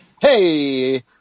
Hey